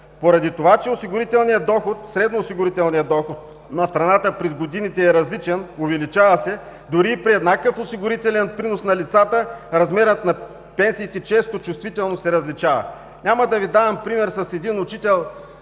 Поради това че средноосигурителният доход на страната през годините е различен – увеличава се, дори и при еднакъв осигурителен принос на лицата, размерът на пенсиите често се различава чувствително. Няма да Ви давам пример с един учител,